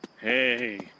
Hey